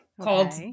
called